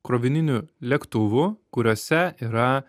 krovininių lėktuvų kuriuose yra